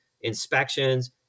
inspections